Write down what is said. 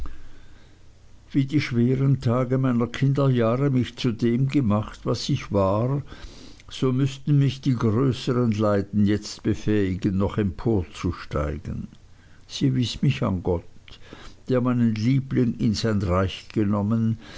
wie die schweren tage meiner kinderjahre mich zu dem gemacht was ich war so müßten mich die größern leiden jetzt befähigen noch emporzusteigen sie wies mich an gott der meinen liebling in sein reich genommen